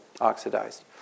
oxidized